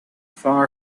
far